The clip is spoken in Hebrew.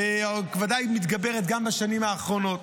וודאי מתגברת גם בשנים האחרונות.